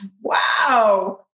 wow